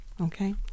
Okay